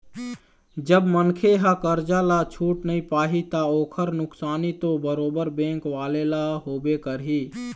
जब मनखे ह करजा ल छूट नइ पाही ता ओखर नुकसानी तो बरोबर बेंक वाले ल होबे करही